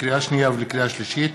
לקריאה שנייה ולקריאה שלישית,